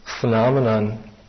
phenomenon